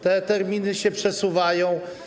Te terminy się przesuwają.